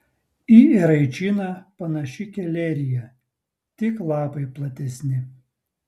į eraičiną panaši kelerija tik lapai platesni